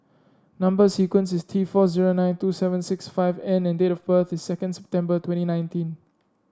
number sequence is T four zero nine two seven six five N and date of birth is second September twenty nineteen